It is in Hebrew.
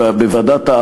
שופטים של המינהל האזרחי,